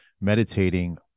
meditating